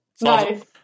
Nice